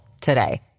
today